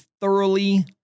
thoroughly